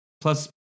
plus